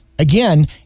Again